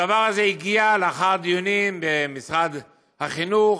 הדבר הזה הגיע, לאחר דיונים במשרד החינוך,